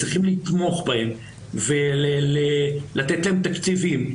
צריכים לתמוך בהם ולתת להם תקציבים,